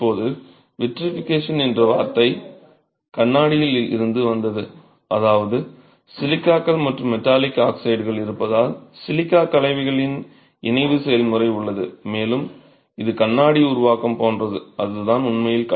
இப்போது விட்ரிஃபிகேஷன் என்ற வார்த்தை கண்ணாடியில் இருந்து வந்தது அதாவது சிலிக்காக்கள் மற்றும் மெட்டாலிக் ஆக்சைடுகள் இருப்பதால் சிலிக்கா கலவைகளின் இணைவு செயல்முறை உள்ளது மேலும் இது கண்ணாடி உருவாக்கம் போன்றது அதுதான் உண்மையில்